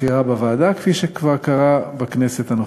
בחירה בוועדה, כפי שכבר קרה בכנסת הנוכחית.